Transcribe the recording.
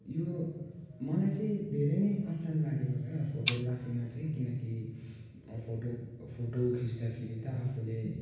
यो मलाई चाहिँ धेरै नै आसान लागेको छ फोटोग्राफीमा चाहिँ किनकि फोटो फोटो खिच्दा खिच्दै त आफूले